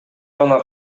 гана